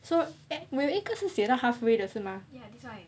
so 有一个时写道 halfway 的是吗